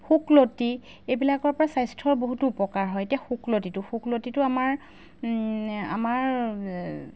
শুকলতি এইবিলাকৰ পৰা স্বাস্থ্যৰ বহুতো উপকাৰ হয় এতিয়া শুকলতিটো শুকলতিটো আমাৰ আমাৰ